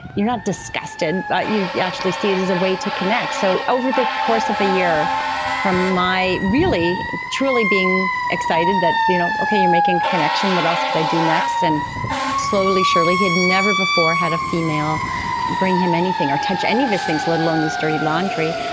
you're not disgusted, you you actually see it as a way to connect. so over the course of the year from my really, truly being excited that, you know okay, you're making a connection, what else could i do next, and slowly, surely. he had never before had a female bring him anything or touch any of his things, let alone his dirty laundry.